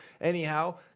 Anyhow